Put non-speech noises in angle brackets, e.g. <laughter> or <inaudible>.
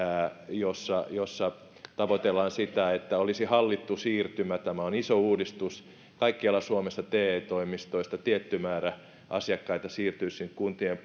jossa jossa tavoitellaan sitä että olisi hallittu siirtymä tämä on iso uudistus kaikkialla suomessa te toimistoista tietty määrä asiakkaista siirtyisi kuntien <unintelligible>